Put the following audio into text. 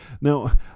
Now